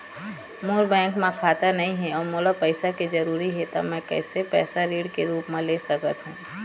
मोर bank म खाता नई हे अउ मोला पैसा के जरूरी हे त मे कैसे पैसा ऋण के रूप म ले सकत हो?